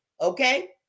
okay